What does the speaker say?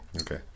Okay